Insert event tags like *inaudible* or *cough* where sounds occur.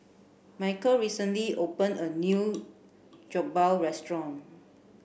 Mykel recently opened a new *noise* Jokbal restaurant